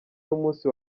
n’umunsi